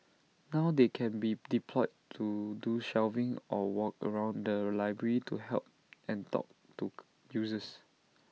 now they can be deployed to do shelving or walk around the library to help and talk to users